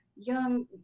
young